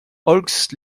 aulx